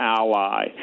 ally